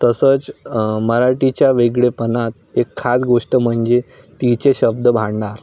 तसंच मराठीच्या वेगळेपणात एक खास गोष्ट म्हणजे तिचे शब्द भांडार